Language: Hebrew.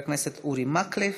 חברי הכנסת אורי מקלב,